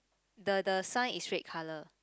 the the sign is red color